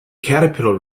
caterpillar